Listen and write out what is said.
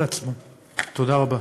תודה רבה.